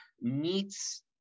meets